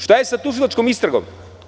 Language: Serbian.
Šta je sa tužilačkom istragom?